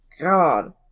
God